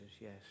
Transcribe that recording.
Yes